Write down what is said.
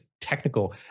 technical